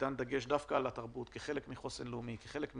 ניתן דגש דווקא על התרבות כחלק מהחוסן הלאומי וכערך אסטרטגי.